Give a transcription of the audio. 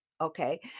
Okay